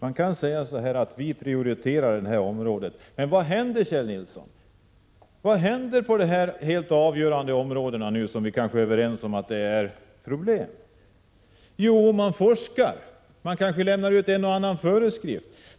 Herr talman! Vi prioriterar detta område. Men, Kjell Nilsson, vad händer nu på detta avgörande område där vi kanske är överens om att det föreligger problem? Jo, man forskar och man kanske lämnar ut en eller annan föreskrift.